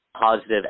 positive